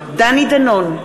בעד דני דנון,